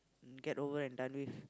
get over and done with